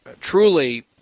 truly